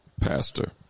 pastor